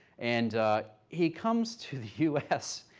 and he comes to the u s,